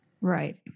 Right